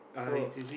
so